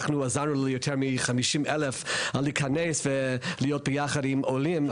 אנחנו עזרנו ליותר מ-50,000 להיכנס ולהיות יחד עם העולים,